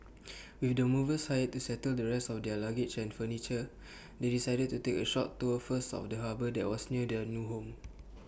with the movers hired to settle the rest of their luggage and furniture they decided to take A short tour first of the harbour that was near their new home